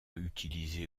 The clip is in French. utilisées